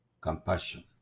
compassion